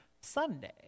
Sunday